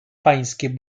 pańskie